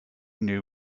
know